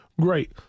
Great